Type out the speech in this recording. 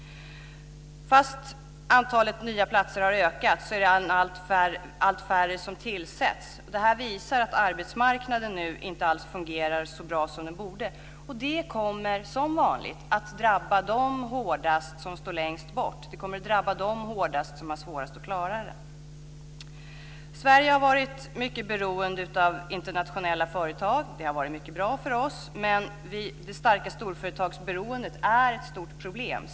Fast antalet nya platser har ökat är det allt färre som tillsätts. Det visar att arbetsmarknaden nu inte alls fungerar så bra som den borde. Det kommer som vanligt att drabba dem hårdast som står längst bort. Det kommer att drabba dem hårdast som har svårast att klara det. Sverige har varit mycket beroende av internationella företag. Det har varit mycket bra för oss. Men det starka storföretagsberoendet är ett stort problem.